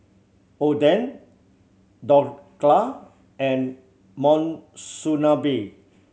Oden Dhokla and Monsunabe